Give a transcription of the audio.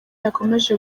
yakomeje